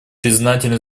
признательны